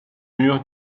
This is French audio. mur